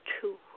two